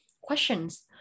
questions